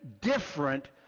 different